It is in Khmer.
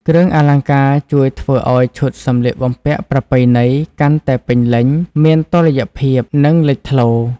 គ្រឿងអលង្ការជួយធ្វើឱ្យឈុតសម្លៀកបំពាក់ប្រពៃណីកាន់តែពេញលេញ មានតុល្យភាព និងលេចធ្លោ។